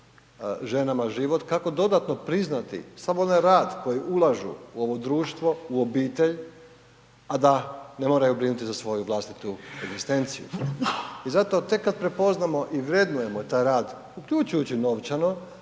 ženama život? Kako dodatno priznati samo onaj rad koji ulažu u ovo društvo, u obitelj, a da ne moraju brinuti za svoju vlastitu egzistenciju? I zato tek kad prepoznamo i vrednujemo taj rad, uključujući i novčano,